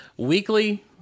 Weekly